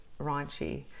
raunchy